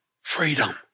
freedom